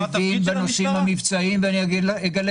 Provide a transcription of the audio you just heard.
מפכ"ל המשטרה מבין בנושאים המבצעיים ואגלה